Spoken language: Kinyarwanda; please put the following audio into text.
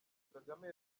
kagame